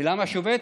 ולמה שובת?